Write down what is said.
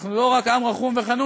אנחנו לא רק עם חנון ורחום,